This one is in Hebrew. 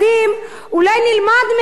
אולי נלמד מהם משהו.